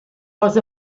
was